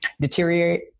deteriorate